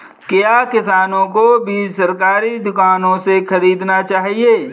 क्या किसानों को बीज सरकारी दुकानों से खरीदना चाहिए?